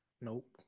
Nope